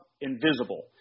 invisible